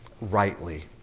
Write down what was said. rightly